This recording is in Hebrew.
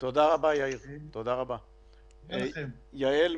תודה רבה, יאיר.